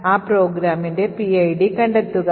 ആ പ്രോഗ്രാമിന്റെ PID കണ്ടെത്തുക